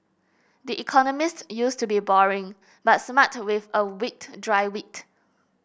the Economist used to be boring but smart with a wicked dry wit